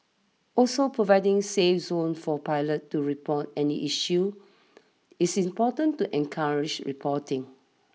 also providing safe zones for pilots to report any issues is important to encourage reporting